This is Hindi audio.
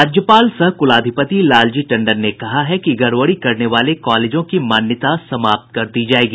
राज्यपाल सह कुलाधिपति लालजी टंडन ने कहा है कि गड़बड़ी करने वाले कॉलेजों की मान्यता समाप्त कर दी जायेगी